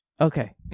Okay